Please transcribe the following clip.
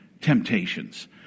temptations